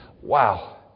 Wow